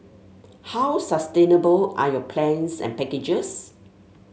how sustainable are your plans and packages